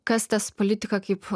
kas tas politika kaip